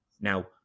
now